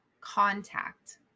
contact